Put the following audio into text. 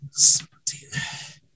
17